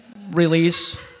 release